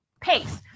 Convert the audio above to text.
pace